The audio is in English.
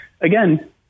again